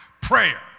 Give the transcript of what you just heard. prayer